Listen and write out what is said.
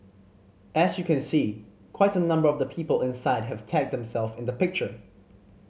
as you can see quite a number of the people inside have tagged them self in the picture